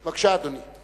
בבקשה, אדוני.